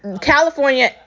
California